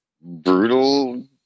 brutal